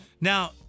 now